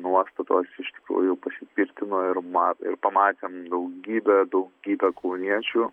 nuostatos iš tikrųjų pasitvirtino ir mat ir pamatėm daugybę daugybę kauniečių